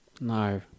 No